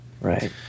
Right